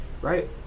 right